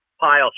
pile